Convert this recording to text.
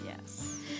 Yes